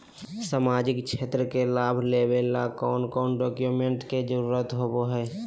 सामाजिक क्षेत्र के लाभ लेबे ला कौन कौन डाक्यूमेंट्स के जरुरत होबो होई?